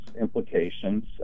implications